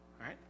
right